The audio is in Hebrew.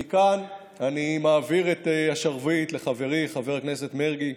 מכאן אני מעביר את השרביט לחברי חבר הכנסת מרגי,